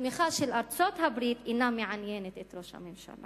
והתמיכה של ארצות-הברית אינה מעניינת את ראש הממשלה,